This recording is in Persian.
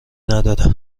نداره